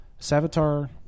Savitar